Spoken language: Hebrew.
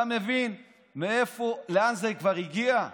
אתה מבין לאן זה כבר הגיע?